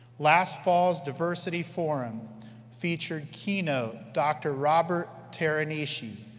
last fall's diversity forum featured keynote dr. robert teranishi,